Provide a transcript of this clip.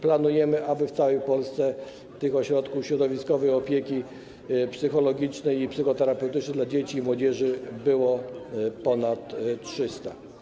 Planujemy, aby w całej Polsce ośrodków środowiskowej opieki psychologicznej i psychoterapeutycznej dla dzieci i młodzieży było ponad 300.